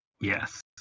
Yes